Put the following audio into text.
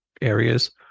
areas